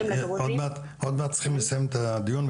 תקציבים ייעודים לדרוזים --- אנחנו עוד מעט צריכים לסיים את הדיון,